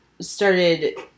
started